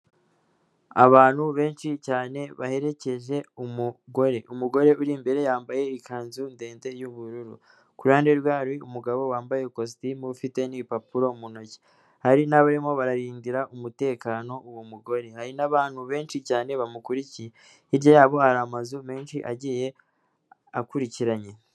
Abantu benshi cyane baherekeje umugore ,umugore uri imbere yambaye ikanzu ndende y'ubururu, kuruhande rwe hari umugabo wambaye ikositimu ufite ibipapuro mu ntoki ari nawe barimo bararindira umutekano uwo mugore. hari n'abantu benshi cyane bamukurikiye, hirya yabo hari amazu menshi agiye akurikiranye.